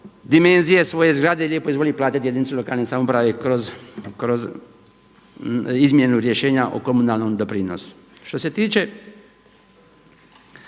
dimenzije svoje zgrade lijepo izvoli platiti jedinicu lokalne samouprave kroz izmjenu rješenja o komunalnom doprinosu. Što se tiče